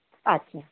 ᱟᱪᱪᱷᱟ